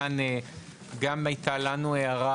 כאן גם הייתה לנו הערה,